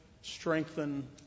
strengthen